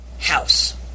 house